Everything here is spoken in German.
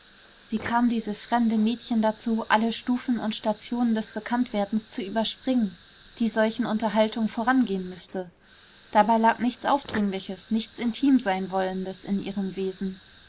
wie kam dieses fremde mädchen dazu alle stufen und stationen des bekanntwerdens zu überspringen die solchen unterhaltungen vorangehen müßten dabei lag nichts aufdringliches nichts intim sein wollendes in ihrem wesen